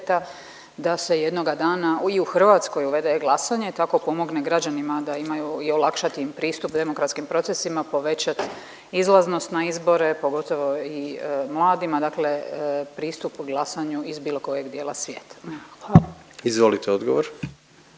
da se jednoga dana i u Hrvatskoj uvede e-glasanje i tako pomogne građanima da imaju i olakšati im pristup demokratski procesima, povećat izlaznost na izbore, pogotovo i mladima, dakle pristup u glasanju iz bilo kojeg dijela svijeta? Evo, hvala.